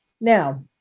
Now